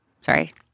Sorry